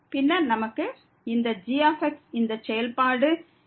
பின்னர் நமக்கு இந்த g இந்த செயல்பாடு x x0n1